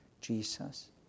Jesus